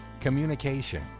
communication